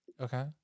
Okay